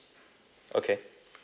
okay